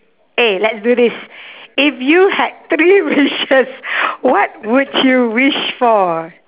eh let's do this if you had three wishes what would you wish for